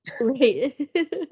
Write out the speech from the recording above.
Right